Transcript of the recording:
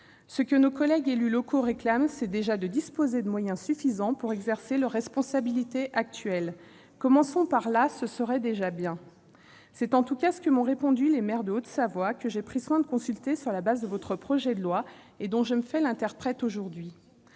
Ce que nos collègues élus locaux réclament, c'est déjà de pouvoir disposer de moyens suffisants pour exercer leurs responsabilités actuelles. Commençons par là : ce serait déjà bien. C'est en tout cas que m'ont répondu les maires de la Haute-Savoie que j'ai pris soin de consulter sur la base de votre projet de loi et dont je me fais l'interprète aujourd'hui.